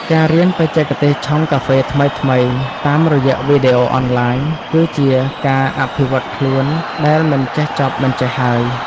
ការរៀនបច្ចេកទេសឆុងកាហ្វេថ្មីៗតាមរយៈវីដេអូអនឡាញ គឺជាការអភិវឌ្ឍខ្លួនដែលមិនចេះចប់មិនចេះហើយ។